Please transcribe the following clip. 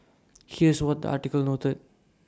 here's what the article noted